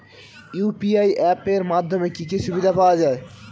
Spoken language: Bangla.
ইউ.পি.আই অ্যাপ এর মাধ্যমে কি কি সুবিধা পাওয়া যায়?